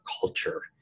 culture